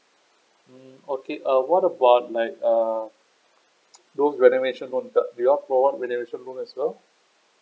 mm okay uh what about like uh those renovation loan you all provide renovation loan as well